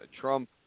Trump